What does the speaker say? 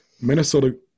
Minnesota